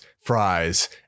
fries